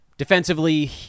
Defensively